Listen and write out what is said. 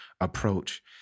approach